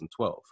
2012